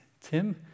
Tim